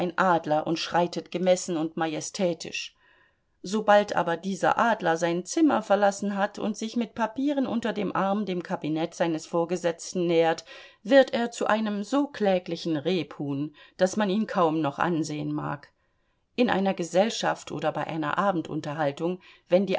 adler und schreitet gemessen und majestätisch sobald aber dieser adler sein zimmer verlassen hat und sich mit papieren unter dem arm dem kabinett seines vorgesetzten nähert wird er zu einem so kläglichen rebhuhn daß man ihn kaum noch ansehen mag in einer gesellschaft oder bei einer abendunterhaltung wenn die